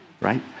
right